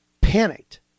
panicked